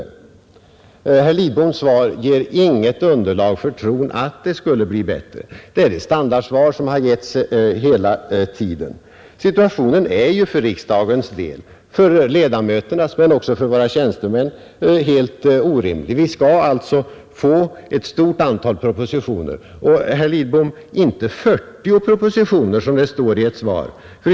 Men herr Lidboms svar nu ger inte något underlag för tron att det skall bli bättre. Det är samma standardsvar som givits hela tiden. Situationen är för riksdagen, för ledamöterna och även för våra tjänstemän helt orimlig. Vi skall få ytterligare ett stort antal propositioner — inte 40, som det står i svaret, herr Lidbom.